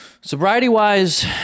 Sobriety-wise